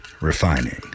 refining